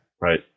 right